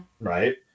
right